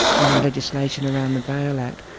or in legislation around the bail act,